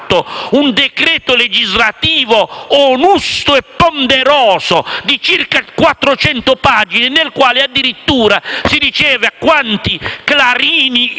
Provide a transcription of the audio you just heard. un decreto legislativo onusto e ponderoso, di circa 400 pagine, nel quale, addirittura, si stabiliva quanti clarini in